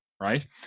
right